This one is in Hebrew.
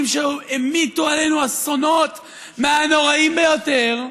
שהמיטו עלינו אסונות מהנוראים ביותר,